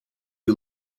who